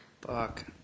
Fuck